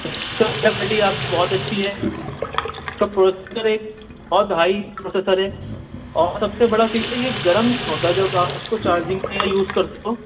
سر quality آپ کو بہت اچھی ہے اس کا پروسیسر ایک بہت ہائی پروسیسر ہے اور سب سے بڑا فیچر یہ گرم نہیں ہوتا جب آپ اس کو چارجنگ میں یوز کرتے ہو